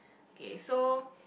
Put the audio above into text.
okay so